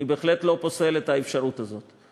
אני בהחלט לא פוסל את האפשרות הזאת.